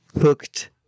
hooked